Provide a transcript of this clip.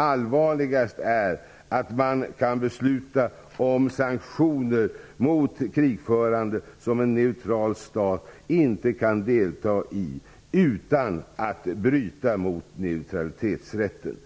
Allvarligast är att man kan besluta om sanktioner mot ett krigförande land som en neutral stat inte kan delta i utan att bryta mot neutralitetsrätten.